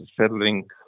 settling